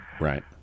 Right